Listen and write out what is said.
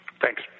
Thanks